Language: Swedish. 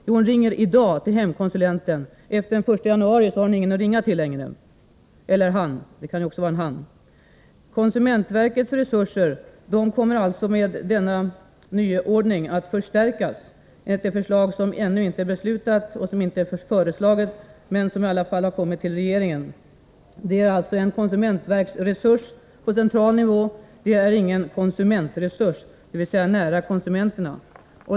Jo, hon ringer i dag till hemkonsulenten. Efter den 1 januari har hon — eller han — ingen att ringa till längre. Konsumentverkets resurser kommer alltså att med denna nyordning förstärkas enligt ett förslag som ännu inte är beslutat och som inte har framlagts, men som i alla fall har kommit till regeringen. Det är fråga om en konsumentverksresurs på central nivå, det är ingen konsumentresurs — dvs. en resurs när det gäller konsumenterna.